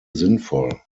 sinnvoll